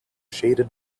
shaded